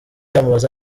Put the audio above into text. amubaza